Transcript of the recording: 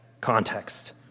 context